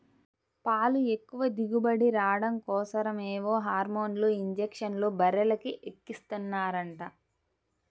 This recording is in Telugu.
పాలు ఎక్కువ దిగుబడి రాడం కోసరం ఏవో హార్మోన్ ఇంజక్షన్లు బర్రెలకు ఎక్కిస్తన్నారంట